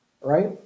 right